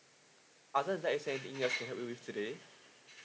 other than that is there anything else I can help you with today